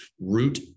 root